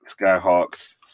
Skyhawks